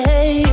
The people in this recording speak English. Hey